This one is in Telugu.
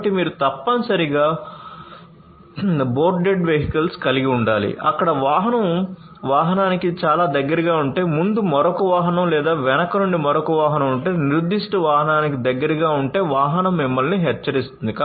కాబట్టి మీరు తప్పనిసరిగా boarded vehicles కలిగి ఉండాలి అక్కడ వాహనం వాహనానికి చాలా దగ్గరగా ఉంటే ముందు మరొక వాహనం లేదా వెనుక నుండి మరొక వాహనం ఉంటే ఆ నిర్దిష్ట వాహనానికి దగ్గరగా ఉంటే వాహనం మిమ్మల్ని హెచ్చరిస్తుంది